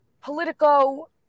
Politico